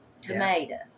tomato